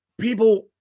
people